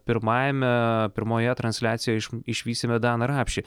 pirmajame pirmoje transliacijoje iš išvysime daną rapšį